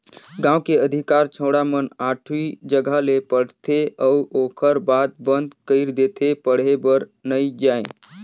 गांव के अधिकार छौड़ा मन आठवी जघा ले पढ़थे अउ ओखर बाद बंद कइर देथे पढ़े बर नइ जायें